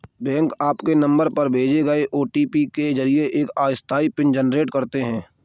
bank आपके नंबर पर भेजे गए ओ.टी.पी के जरिए एक अस्थायी पिन जनरेट करते हैं